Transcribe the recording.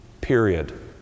period